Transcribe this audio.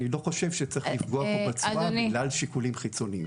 אני לא חושב שצריך לפגוע פה בתשואה בגלל שיקולים חיצוניים.